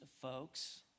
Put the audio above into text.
folks